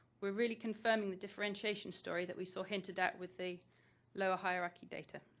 we're really confirming the differentiation story that we saw hinted at with the lower hierarchy data.